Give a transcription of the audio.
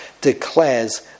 declares